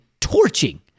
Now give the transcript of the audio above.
torching